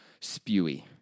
spewy